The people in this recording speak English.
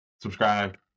Subscribe